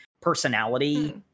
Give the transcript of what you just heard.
personality